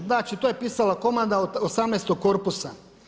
Znači to je pisala komanda od 18. korpusa.